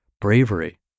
bravery